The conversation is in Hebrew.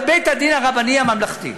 בבית-הדין הרבני הממלכתי.